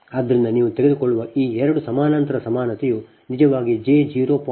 ಆದ್ದರಿಂದ ನೀವು ತೆಗೆದುಕೊಳ್ಳುವ ಈ ಎರಡು ಸಮಾನಾಂತರ ಸಮಾನತೆಯು ನಿಜವಾಗಿ ಜೆ 0